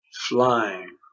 flying